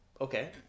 Okay